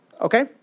Okay